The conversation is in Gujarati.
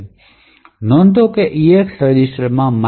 તેથી નોંધ લો કે EAX રજિસ્ટરમાં mylib int